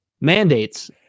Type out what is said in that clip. mandates